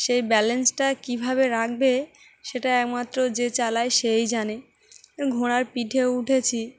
সেই ব্যালেন্সটা কীভাবে রাখবে সেটা একমাত্র যে চালায় সেই জানে ঘোড়ার পিঠে উঠেছি